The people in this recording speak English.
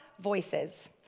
voices